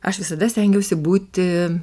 aš visada stengiausi būti